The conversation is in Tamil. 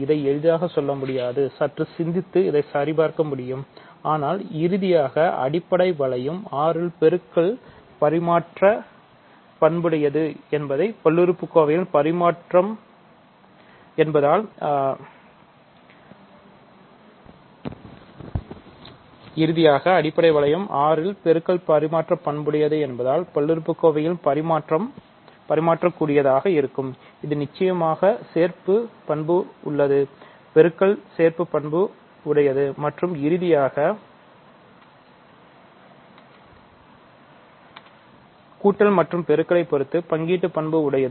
இதை எளிதாக சொல்ல முடியாது சற்று சிந்தித்து இதை சரிபார்க்க முடியும் ஆனால் இறுதியாக அடிப்படை வளையம் R இல் பெருக்கல் பரிமாற்ற பண்புடையது என்பதால் பல்லுறுப்புக்கோவையின் பரிமாற்ற கூடியதாக இருக்கும்இது நிச்சயமாக சேர்ப்புப் பண்பு உள்ளது பெருக்கல் சேர்ப்புப் பண்பு உடையது மற்றும் இறுதியாக கூட்டல் மற்றும் பெருக்களை பொருத்து பங்கீட்டுப்பண்பு உடையது